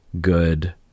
good